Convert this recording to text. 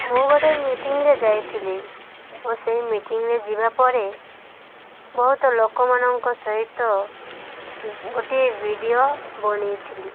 ମୁଁ ଗୋଟେ ମିଟିଂରେ ଯାଇଥିଲି ଓ ସେହି ମିଟିଂରେ ଯିବା ପରେ ବହୁତ ଲୋକମାନଙ୍କ ସହିତ ଗୋଟିଏ ଭିଡ଼ିଓ ବନାଇ ଥିଲି